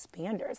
expanders